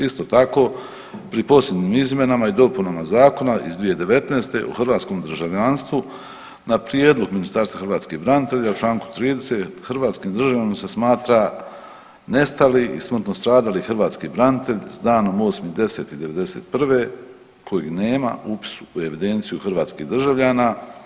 Isto tako pri posljednjim izmjenama i dopunama zakona iz 2019. o hrvatskom državljanstvu na prijedlog Ministarstva hrvatskih branitelja u čl. 30. hrvatskim državljaninom se smatra nestali i smrtno stradali hrvatski branitelj s danom 8.10.'91. koji nema upis u evidenciju hrvatskih državljana.